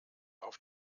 auf